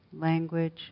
language